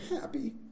happy